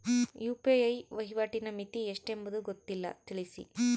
UPI ವಹಿವಾಟಿನ ಮಿತಿ ಎಷ್ಟು ಎಂಬುದು ಗೊತ್ತಿಲ್ಲ? ತಿಳಿಸಿ?